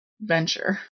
venture